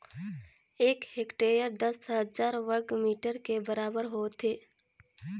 एक हेक्टेयर दस हजार वर्ग मीटर के बराबर होथे